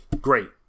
great